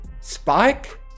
Spike